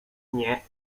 nie